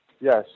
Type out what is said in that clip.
Yes